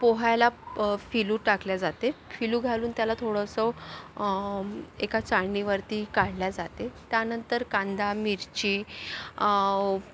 पोह्याला फिलू टाकलं जाते फिलू घालून त्याला थोडंसं एका चाळणीवरती काढलं जाते त्यानंतर कांदा मिरची